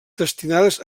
destinades